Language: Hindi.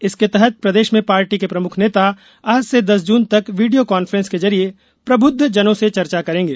इसके तहत प्रदेश में पार्टी के प्रमुख नेता आज से दस जून तक वीडियों कॉन्फ्रेंस के जरिए प्रमुद्वजनों से चर्चा करेंगे